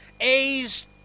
A's